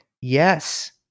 Yes